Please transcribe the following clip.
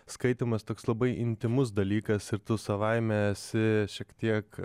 skaitymas toks labai intymus dalykas ir tu savaime esi šiek tiek